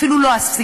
אפילו לא עשירית,